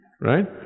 Right